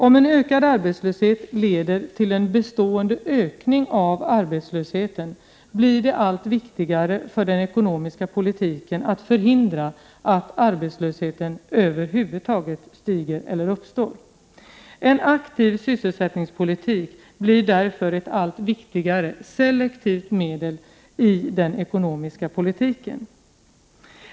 Om en ökad arbetslöshet leder till en bestående ökning av arbetslösheten blir det allt viktigare för den ekonomiska politiken att förhindra att arbetslösheten över huvud taget stiger eller uppstår. En aktiv sysselsättningspolitik blir därför ett allt viktigare selektivt medel i den ekonomiska politiken.